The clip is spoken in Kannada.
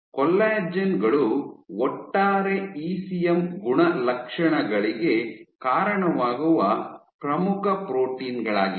ಆದ್ದರಿಂದ ಕೊಲ್ಲಾಜೆನ್ ಗಳು ಒಟ್ಟಾರೆ ಇಸಿಎಂ ಗುಣಲಕ್ಷಣಗಳಿಗೆ ಕಾರಣವಾಗುವ ಪ್ರಮುಖ ಪ್ರೋಟೀನ್ ಗಳಾಗಿವೆ